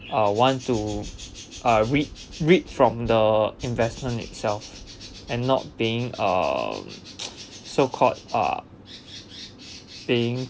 uh want to uh read read from the investment itself and not being uh so called uh being